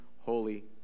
holy